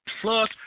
plus